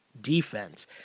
defense